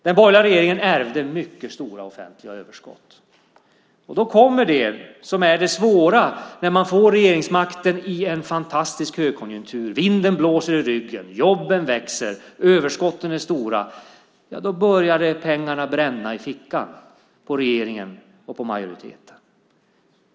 Den borgerliga regeringen ärvde mycket stora offentliga överskott.